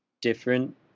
different